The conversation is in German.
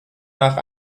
nach